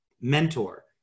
mentor